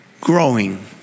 growing